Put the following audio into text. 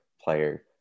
player